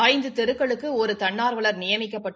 ஐந்து தெருக்களுக்கு ஒரு தன்னார்வல்கள் நியமிக்கப்பட்டு